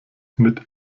mit